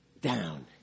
down